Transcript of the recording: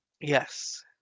yes